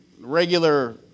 regular